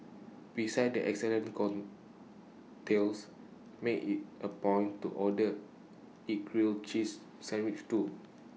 besides its excellent cocktails make IT A point to order its grilled cheese sandwich too